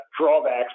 drawbacks